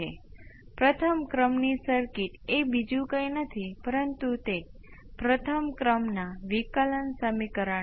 તેથી અહીંથી લેવાની 1 મહત્વની બાબત એ છે કે અહી આ પ્રથમ ઓર્ડર રેખીય સિસ્ટમ કર્યું પરંતુ આ કોઈપણ રેખીય સિસ્ટમ માટે સાચું છે